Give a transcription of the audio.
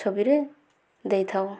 ଛବିରେ ଦେଇଥାଉ